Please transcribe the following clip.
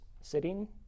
sitting